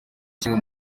kimwe